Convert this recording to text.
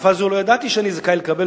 בתקופה זאת לא ידעתי שאני זכאי לקבל